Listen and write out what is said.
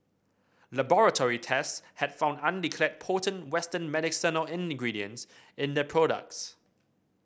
laboratory tests had found undeclared potent western medicinal ingredients in the products